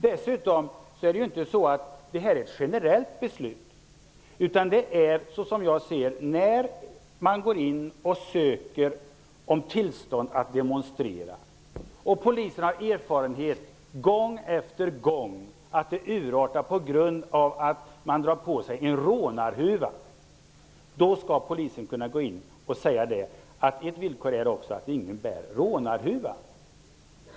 Dessutom är det ju inte fråga om något generellt beslut. Min avsikt med det här är att när man ansöker om tillstånd att demonstrera och Polisen har erfarenhet av -- gång efter gång -- att demonstrationen urartar på grund av att demonstranterna drar på sig rånarhuvor, då skall Polisen kunna föreskriva som villkor att ingen bär rånarhuva.